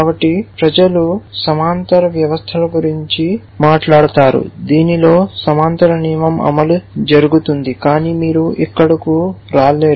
కాబట్టి ప్రజలు సమాంతర వ్యవస్థల గురించి మాట్లాడుతారు దీనిలో సమాంతర నియమం అమలు జరుగుతుంది కానీ మీరు ఇక్కడకు రాలేరు